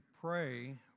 pray